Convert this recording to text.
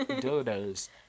dodos